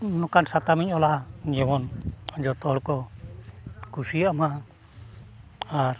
ᱱᱚᱝᱠᱟᱱ ᱥᱟᱛᱟᱢ ᱤᱧ ᱚᱞᱟ ᱡᱮᱢᱚᱱ ᱡᱚᱛᱚ ᱦᱚᱲ ᱠᱚ ᱠᱩᱥᱤᱭᱟᱜ ᱢᱟ ᱟᱨ